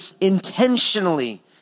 intentionally